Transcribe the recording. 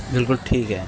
بالکل ٹھیک ہے